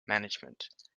management